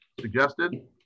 suggested